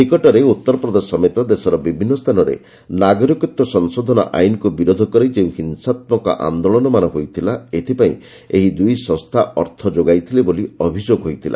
ନିକଟରେ ଉତ୍ତରପ୍ରଦେଶ ସମେତ ଦେଶର ବିଭିନ୍ନ ସ୍ଥାନରେ ନାଗରିକତ୍ୱ ସଂଶୋଧନ ଆଇନକୁ ବିରୋଧ କରି ଯେଉଁ ହିଂସାତ୍ମକ ଆନ୍ଦୋଳନମାନ ହୋଇଥିଲା ଏଥିପାଇଁ ଏହି ଦୁଇ ସଂସ୍ଥା ଅର୍ଥ ଯୋଗାଇଥିଲେ ବୋଲି ଅଭିଯୋଗ ହୋଇଥିଲା